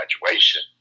graduation